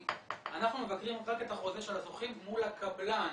'אנחנו מבקרים רק את החוזה של הזוכים מול הקבלן',